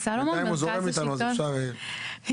בתשובה למה שאמר חבר